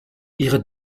ihre